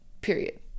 period